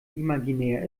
imaginär